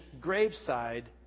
graveside